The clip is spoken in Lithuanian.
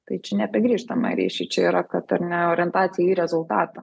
tai čia ne apie grįžtamąjį ryšį čia yra kad ar ne orientacija į rezultatą